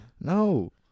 No